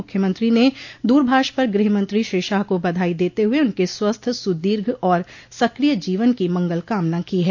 मुख्यमंत्री ने दूरभाष पर गृहमंत्री श्री शाह को बधाई देते हुए उनके स्वस्थ सुदीर्घ आर सकिय जीवन की मंगल कामना की है